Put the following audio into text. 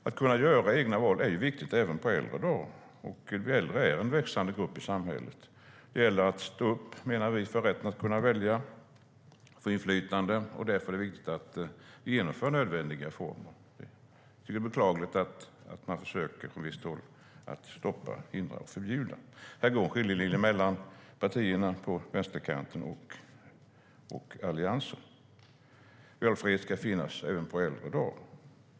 Att kunna göra egna val är viktigt även på äldre dagar, och de äldre är en växande grupp i samhället. Det gäller att stå upp, menar vi, för rätten att välja och för inflytande. Därför är det viktigt att vi genomför nödvändiga reformer. Jag tycker att det är beklagligt att man från visst håll försöker stoppa, hindra och förbjuda. Här går en skiljelinje mellan partierna på vänsterkanten och Alliansen. Valfrihet ska finnas även på äldre dagar.